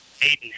Aiden